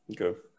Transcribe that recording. Okay